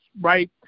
right